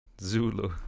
Zulu